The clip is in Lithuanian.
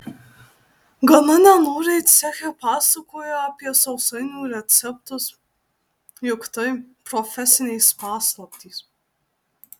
gana nenoriai ceche pasakojo apie sausainių receptus juk tai profesinės paslaptys